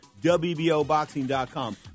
wboboxing.com